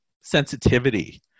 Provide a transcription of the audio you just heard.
sensitivity